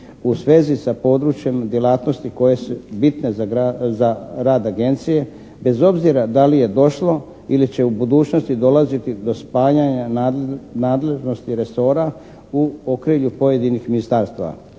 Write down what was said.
u svezi sa područje djelatnosti koje su bitne za rad agencije bez obzira da li je došlo ili će u budućnosti dolaziti do spajanja nadležnosti resora u .../Govornik se